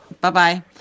Bye-bye